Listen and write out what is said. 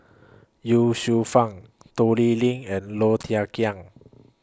Ye Shufang Toh Liying and Low Thia Khiang